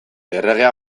erregea